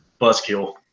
buzzkill